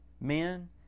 men